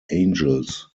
angels